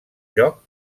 joc